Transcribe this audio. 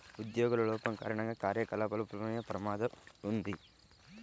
ఉద్యోగుల లోపం కారణంగా కార్యకలాపాలు విఫలమయ్యే ప్రమాదం ఉంది